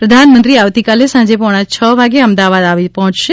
પ્રધાનમંત્રી આવતીકાલે સાંજે પોણા છ વાગે અમદાવાદ આવી પહોંચશે